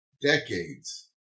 decades